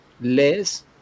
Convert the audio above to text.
less